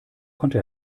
konnte